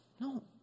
No